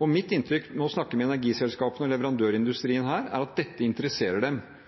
Mitt inntrykk når vi snakker med energiselskapene og leverandørindustrien, er at dette interesserer dem,